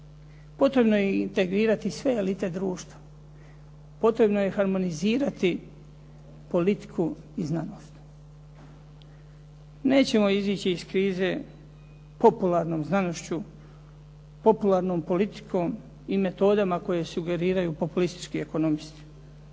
Potrebno je integrirati sve elite društva. Potrebno je harmonizirati politiku i znanost. Nećemo izaći iz krize popularnom znanošću, popularnom politikom i metodama koje sugeriraju populistički ekonomisti.